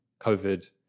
COVID